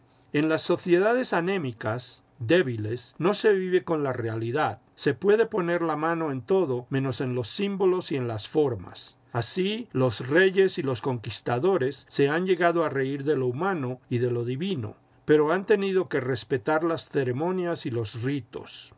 en las sociedades anémicas débiles no se vive con la realidad se puede poner la mano en todo menos en los símbolos y en las formas así los reyes y los conquistadores se han llegado a reir de lo humano y de lo divino pero han tenido que respetar las ceremonias y los ritos